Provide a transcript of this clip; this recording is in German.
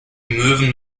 möwen